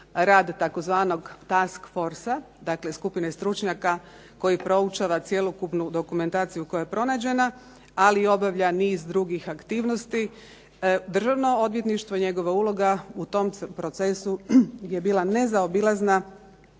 rad tzv. task forcea, dakle skupine koji proučava cjelokupnu dokumentaciju koja je pronađena, ali obavlja niz drugih aktivnosti. Državno odvjetništvo i njegova uloga u tom procesu gdje je bila nezaobilazna,